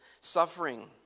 suffering